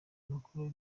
makuru